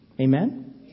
Amen